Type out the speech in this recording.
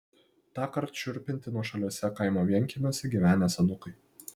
tąkart šiurpinti nuošaliuose kaimo vienkiemiuose gyvenę senukai